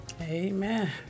Amen